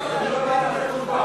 אני לא הבנתי את התשובה.